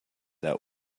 out